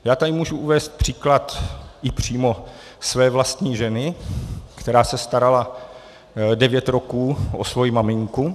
Já tady můžu uvést příklad i přímo své vlastní ženy, která se starala devět roků o svoji maminku.